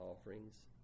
offerings